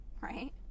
right